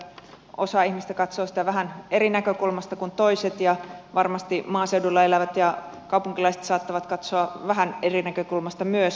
osa ihmisistä katsoo sitä vähän eri näkökulmasta kuin toiset ja varmasti maaseudulla elävät ja kaupunkilaiset saattavat katsoa vähän eri näkökulmista myös